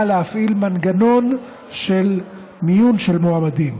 להפעיל מנגנון של מיון של מועמדים,